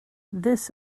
this